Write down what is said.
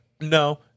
No